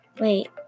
Wait